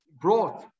brought